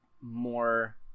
more